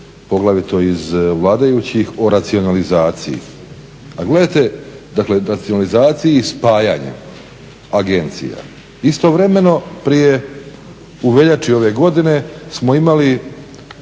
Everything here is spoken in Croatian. poglavito iz vladajućih o racionalizaciji. A gledajte, dakle racionalizaciji spajanja agencija. Istovremeno prije, u veljači ove godine smo imali